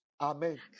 Amen